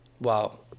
Wow